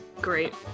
Great